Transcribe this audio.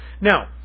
now